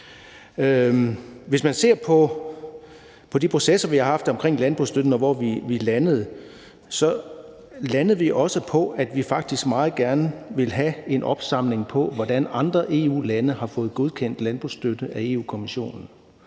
Hvis man ser på de projekter, vi har haft omkring landbrugsstøtten, og på, hvor vi landede, så landede vi også på, at vi faktisk meget gerne ville have en opsamling på, hvordan andre EU-lande har fået godkendt landbrugsstøtte af Europa-Kommissionen.